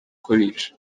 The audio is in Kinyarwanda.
kubica